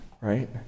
right